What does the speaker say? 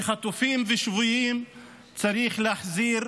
שחטופים ושבויים צריך להחזיר,